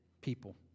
people